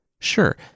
Sure